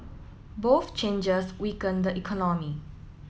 both changes weaken the economy